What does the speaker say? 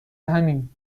همیم